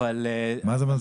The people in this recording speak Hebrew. אבל --- מה זה אומר,